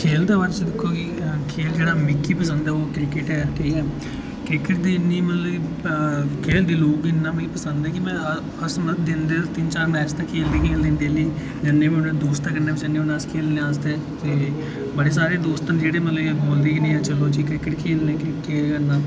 खेढ दे बारे च दिक्खो जी खेढ जेह्का मिगी पसंद ऐ ओह् क्रिकेट ऐ ठीक ऐ क्रिकेट दी इन्नी मतलब खेढ़ मिगी इन्ना पसंद ऐ कि अस दिन दे तिन्न तिन्न चार चार मैच खेढदे डेह्ली दे दोस्तें कन्नै जन्ने होन्ने खेढने आस्तै ते बड़े सारे दोस्त न जेह्ड़े मतलब बोलदे कि चलो क्रिकेट खेढने गी केह् करना